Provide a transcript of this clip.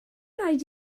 raid